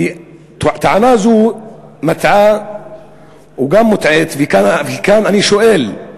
טענה זו מטעה וגם מוטעית, וכאן אני שואל,